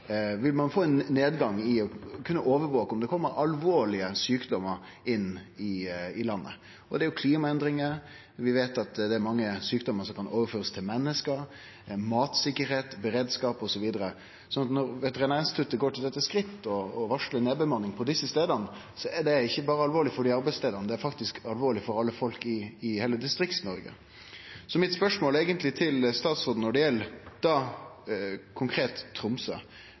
vil ein sjølvsagt få ein nedgang i det å kunne overvake om det kjem alvorlege sjukdommar inn i landet. Det er òg klimaendringar. Vi veit at det er mange sjukdommar som kan overførast til menneske. Det gjeld matsikkerheit, beredskap, osv. Så når Veterinærinstituttet går til det skrittet å varsle nedbemanning på desse stadane, er det alvorleg ikkje berre for desse arbeidsplassane, det er faktisk alvorleg for alle i heile Distrikts-Noreg. Spørsmålet mitt til statsråden gjeld Tromsø konkret: Den nye obduksjonssalen som eventuelt blir på Universitetet i Tromsø,